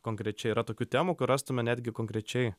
konkrečiai yra tokių temų kur rastume netgi konkrečiai